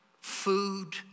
food